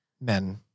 Men